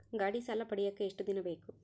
ಗಾಡೇ ಸಾಲ ಪಡಿಯಾಕ ಎಷ್ಟು ದಿನ ಬೇಕು?